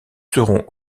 serons